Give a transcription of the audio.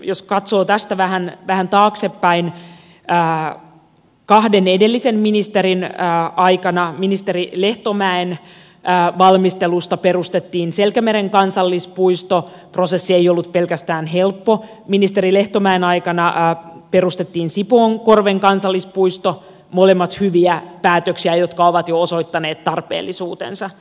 jos katsoo tästä vähän taaksepäin kahden edellisen ministerin aikaa ministeri lehtomäen valmistelusta perustettiin selkämeren kansallispuisto prosessi ei ollut pelkästään helppo ja ministeri lehtomäen aikana perustettiin sipoonkorven kansallispuisto molemmat hyviä päätöksiä jotka ovat jo osoittaneet tarpeellisuutensa